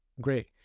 great